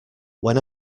when